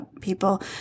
people